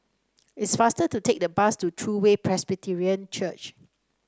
it's faster to take the bus to True Way Presbyterian Church